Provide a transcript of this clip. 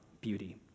beauty